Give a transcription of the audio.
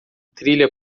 trilha